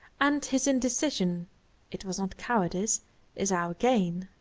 and his indecision it was not cowardice is our gain.